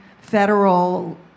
federal